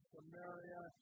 Samaria